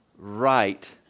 right